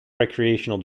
recreational